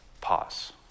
pause